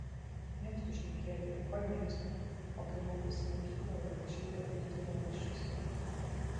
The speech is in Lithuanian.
mėgstu šnekėti oi mėgstu o kai mokiausi mokykloje rašiau tokius dienoraščius